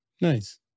Nice